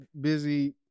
busy